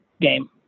game